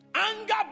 Anger